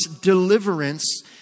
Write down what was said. deliverance